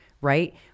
right